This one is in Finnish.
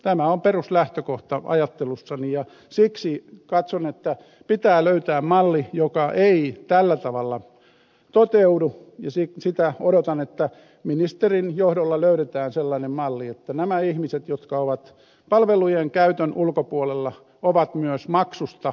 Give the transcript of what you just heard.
tämä on peruslähtökohta ajattelussani ja siksi katson että pitää löytää malli joka ei tällä tavalla toteudu ja sitä odotan että ministerin johdolla löydetään sellainen malli että nämä ihmiset jotka ovat palvelujen käytön ulkopuolella ovat myös maksusta vapaita